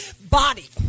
body